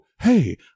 hey